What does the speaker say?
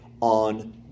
on